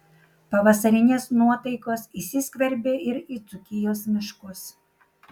pavasarinės nuotaikos įsiskverbė ir į dzūkijos miškus